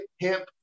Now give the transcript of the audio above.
hemp